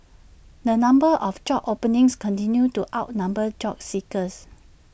the number of job openings continued to outnumber job seekers